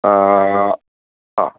ആ അ